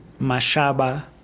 Mashaba